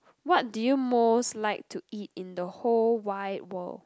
what do you most like to eat in the whole wide world